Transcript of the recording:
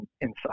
inside